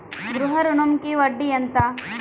గృహ ఋణంకి వడ్డీ ఎంత?